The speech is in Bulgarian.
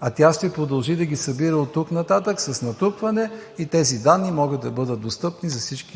а тя ще продължи да ги събира оттук нататък с натрупване. И тези данни могат да бъдат достъпни,